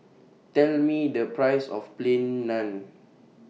Tell Me The Price of Plain Naan